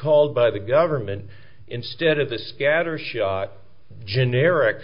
called by the government instead of this gather show generic